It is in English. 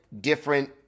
different